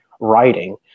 Writing